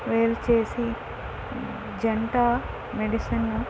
వేరు చేసి జంట మెడిసను